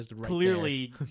clearly